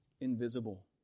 invisible